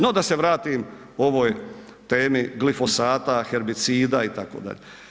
No, da se vratim ovoj temi glifosata, herbicida, itd.